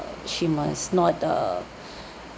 she must not uh